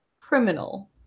criminal